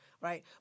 right